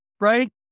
right